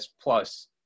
plus